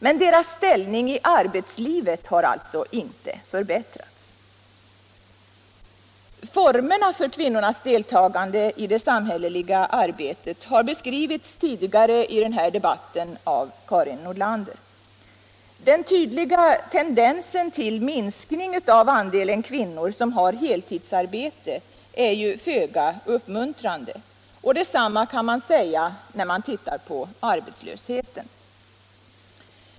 Men deras ställning i arbetslivet har alltså inte förbättrats. Formerna för kvinnornas deltagande i det samhälleliga arbetet har beskrivits tidigare i den här debatten av Karin Nordlander. Den tydliga tendensen till minskning av andelen kvinnor som har heltidsarbete är föga uppmuntrande, och detsamma kan man säga om arbetslösheten.